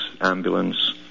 ambulance